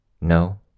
No